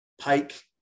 pike